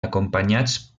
acompanyats